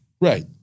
Right